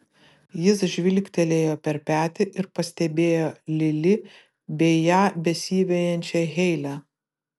jis žvilgtelėjo per petį ir pastebėjo lili bei ją besivejančią heilę